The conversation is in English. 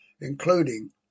including